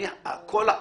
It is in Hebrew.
כל המהות,